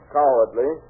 cowardly